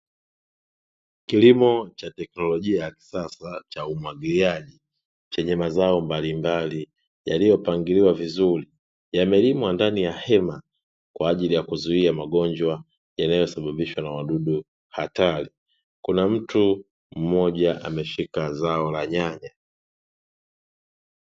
Kilimo cha teknolojia ya kisasa cha umwagiliaji, chenye mazao mbalimbali yaliyopangiliwa vizuri, yamelimwa ndani ya hema, kwa ajili ya kuzuia magonjwa yanayosababishwa na wadudu hatari. Kuna mtu mmoja ameshika zao la nyanya.